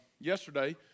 Yesterday